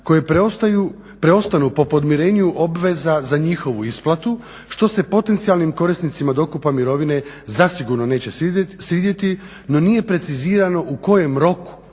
koje preostanu po podmirenju obveza za njihovu isplatu što se potencijalnim korisnicima dokupa mirovine zasigurno neće svidjeti. No nije precizirano u kojem roku